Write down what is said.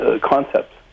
concepts